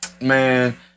man